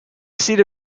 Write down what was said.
seat